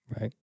Right